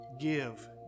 give